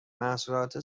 محصولات